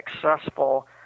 successful